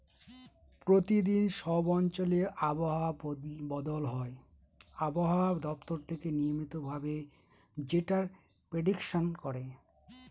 প্রতিদিন সব অঞ্চলে আবহাওয়া বদল হয় আবহাওয়া দপ্তর থেকে নিয়মিত ভাবে যেটার প্রেডিকশন করে